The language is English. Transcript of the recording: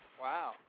Wow